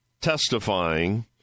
testifying